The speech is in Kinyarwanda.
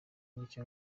mike